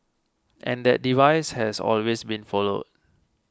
and that device has always been followed